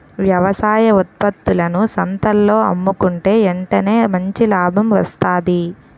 వ్యవసాయ ఉత్త్పత్తులను సంతల్లో అమ్ముకుంటే ఎంటనే మంచి లాభం వస్తాది